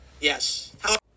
Yes